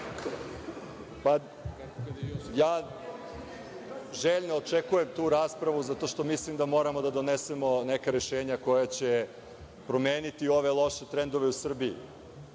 Hvala. Ja željno očekujem tu raspravu zato što mislim da moramo da donesemo neka rešenja koja će promeniti i ove loše trendove u Srbiji,